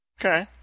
Okay